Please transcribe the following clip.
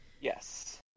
Yes